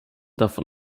davon